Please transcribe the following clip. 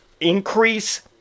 increase